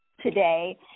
today